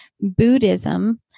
Buddhism